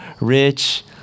rich